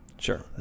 Sure